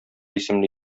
исемле